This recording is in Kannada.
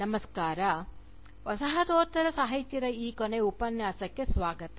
ನಮಸ್ಕಾರ ವಸಾಹತೋತ್ತರ ಸಾಹಿತ್ಯದ ಈ ಕೊನೆಯ ಉಪನ್ಯಾಸಕ್ಕೆ ಸ್ವಾಗತ